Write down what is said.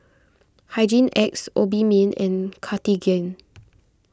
Hygin X Obimin and Cartigain